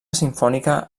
simfònica